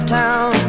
town